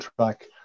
track